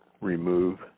remove